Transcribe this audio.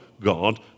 God